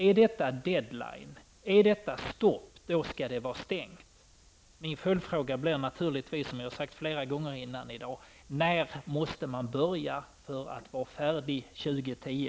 Är detta dead line, är detta stopp, skall det vara stängt. Min följdfråga blir naturligtvis, vilket jag sagt flera gånger tidigare i dag: När måste man börja för att vara färdig till år 2010?